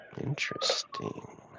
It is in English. Interesting